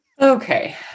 Okay